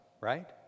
right